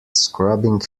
scrubbing